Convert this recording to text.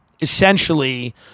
essentially